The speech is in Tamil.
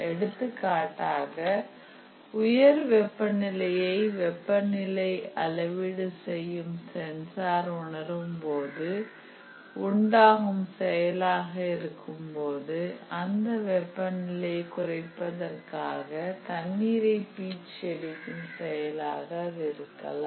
எடுத்துக்காட்டாக உயர் வெப்ப நிலையை வெப்ப நிலை அளவீடு செய்யும் சென்சார் உணரும்போது உண்டாகும் செயலாக இருக்கும்போது அந்த வெப்ப நிலையை குறைப்பதற்காக தண்ணீரை பீச்சியடிக்கும் செயலாக அது இருக்கலாம்